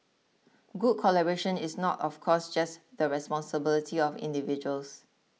good collaboration is not of course just the responsibility of individuals